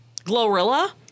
Glorilla